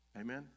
amen